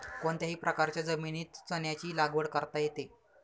कोणत्याही प्रकारच्या जमिनीत चण्याची लागवड करता येते